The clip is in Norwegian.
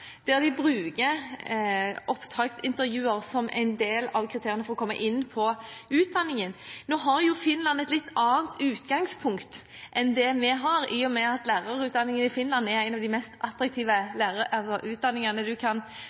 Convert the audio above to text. der de bruker opptaksintervjuer som en del av kriteriene for å komme inn på utdanningen. Nå har Finland et litt annet utgangspunkt enn det vi har, i og med at lærerutdanningen i Finland er en av de mest attraktive utdanningene man kan